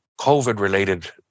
COVID-related